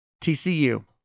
TCU